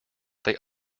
they